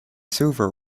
silver